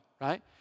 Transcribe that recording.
right